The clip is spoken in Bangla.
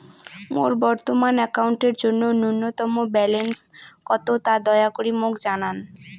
মোর বর্তমান অ্যাকাউন্টের জন্য ন্যূনতম ব্যালেন্স কত তা দয়া করি মোক জানান